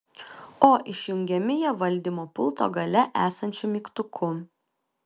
o išjungiami jie valdymo pulto gale esančiu mygtuku